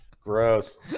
Gross